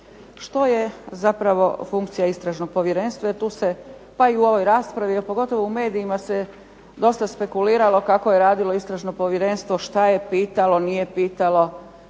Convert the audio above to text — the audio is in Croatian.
što je funkcija Povjerenstva jer tu se pa i u ovoj raspravi pa i u medijima se dosta spekuliralo kako je radilo Istražno povjerenstvo, što je pitalo nije pitalo.